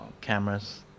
cameras